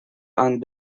and